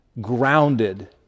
grounded